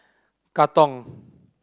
Katong